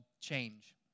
change